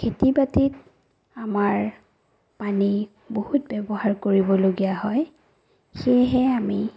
খেতি বাতিত আমাৰ পানী বহুত ব্যৱহাৰ কৰিবলগীয়া হয় সেয়েহে আমি